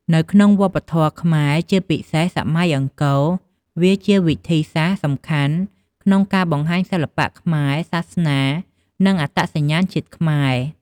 នៅក្នុងវប្បធម៌ខ្មែរ ជាពិសេសសម័យអង្គរ វាជាវិធីសាស្រ្តសំខាន់ក្នុងការបង្ហាញសិល្បៈខ្នែរ សាសនា និងអត្តសញ្ញាណជាតិខ្មែរ។